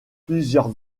plusieurs